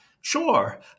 sure